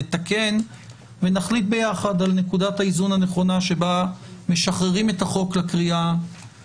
לתקן ונחליט ביחד על נקודת האיזון הנכונה שבה משחררים את החוק לקריאה